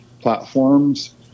platforms